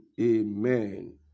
Amen